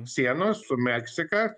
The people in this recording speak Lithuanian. sienos su meksika